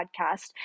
podcast